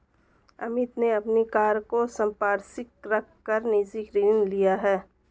अमित ने अपनी कार को संपार्श्विक रख कर निजी ऋण लिया है